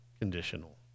conditional